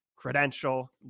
Credential